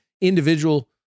individual